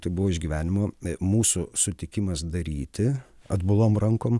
tai buvo išgyvenimo mūsų sutikimas daryti atbulom rankom